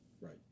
right